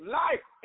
life